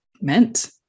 meant